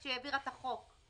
כשהיא העבירה את החוק.